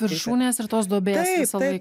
viršūnės ir tos duobės visąlaik